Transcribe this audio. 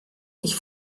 ich